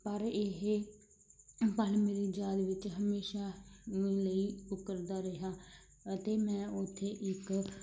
ਪਰ ਇਹ ਪਰ ਮੇਰੇ ਯਾਦ ਵਿੱਚ ਹਮੇਸ਼ਾ ਲਈ ਉਹ ਕਰਦਾ ਰਿਹਾ ਅਤੇ ਮੈਂ ਉੱਥੇ ਇੱਕ